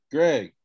Greg